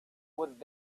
would